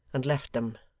and left them,